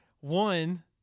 One